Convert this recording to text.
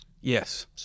Yes